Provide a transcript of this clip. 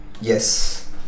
Yes